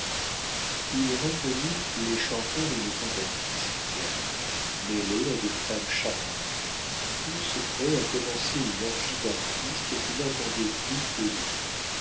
il reconnut les chanteurs et les cantatrices du théâtre mêlés à des femmes charmantes tous prêts à commencer une orgie d'artistes qui n'attendait plus que lui